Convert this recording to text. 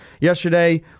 yesterday